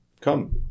come